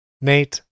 Nate